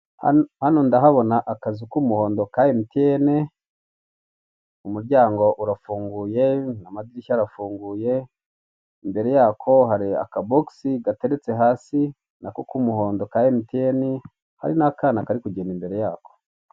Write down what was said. Hano ndahabona akazu k'umuhondo ka emutiyeni, umuryango urafunguye, amadirishya arafunguye, imbere ya ko hari akabogisi nako k'umuhondo ka emutiyeni hari n'akana kari kugenda imbere yako,